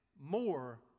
more